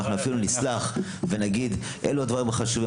אנחנו אפילו נסלח ונגיד אלו הדברים החשובים,